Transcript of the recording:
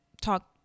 talk